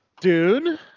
Dune